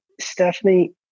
Stephanie